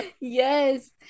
yes